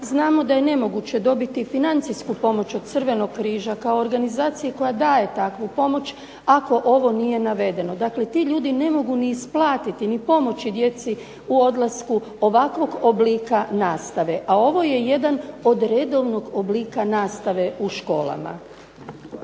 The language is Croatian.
znamo da je nemoguće dobiti financijsku pomoć od Crvenog križa kao organizacije koja daje takvu pomoć ako ovo nije navedeno. Dakle, ti ljudi ne mogu ni isplatiti ni pomoći djeci u odlasku ovakvog oblika nastave, a ovo je jedan od redovnog oblika nastave u školama.